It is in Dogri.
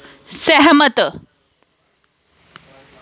सैह्मत